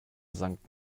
sankt